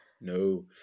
no